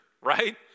right